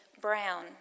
Brown